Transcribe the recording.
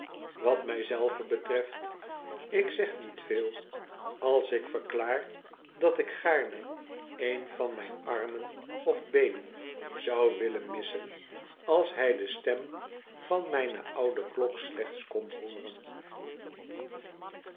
vrienden mij zelven betreft ik zeg niet veel alsikverklaar dat ik gaarne een van mijne armen of beenen zou willen missen als hij de stem van mijne oude klok slechts kon hooren